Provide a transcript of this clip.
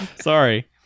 sorry